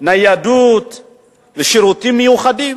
ניידות ושירותים מיוחדים.